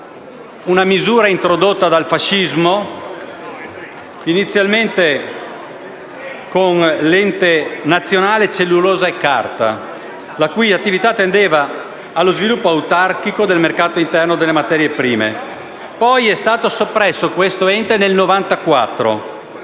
una misura introdotta dal fascismo, inizialmente con l'Ente nazionale cellulosa e carta la cui attività tendeva allo sviluppo autarchico del mercato interno delle materie prime. Poi, nel 1994 questo ente è stato